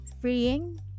freeing